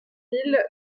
mille